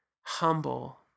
humble